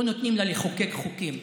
לא נותנים לה לחוקק חוקים.